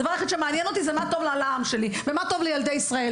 הדבר היחיד שמעניין אותי זה מה טוב לעם שלי ומה טוב לילדי ישראל.